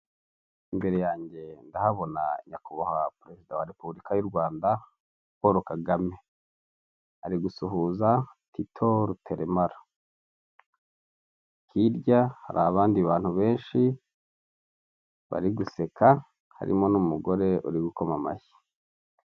Imbere yanjye ndahabona nyakubahwa perezida wa repubulika y'u rwanda Paul Kagame ari gusuhuza Tito Rutaremera, hirya hari abandi bantu benshi bari guseka harimo n'umugore uri gukoma amashyi.